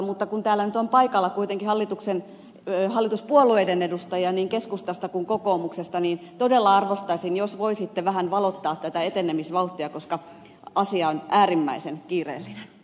mutta kun täällä nyt on paikalla kuitenkin hallituspuolueiden edustajia niin keskustasta kuin kokoomuksesta niin todella arvostaisin jos voisitte vähän valottaa tätä etenemisvauhtia koska asia on äärimmäisen kiireellinen